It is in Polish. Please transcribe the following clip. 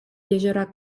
jeziora